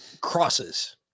Crosses